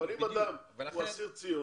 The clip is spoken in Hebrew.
אבל אם אדם הוא אסיר ציון,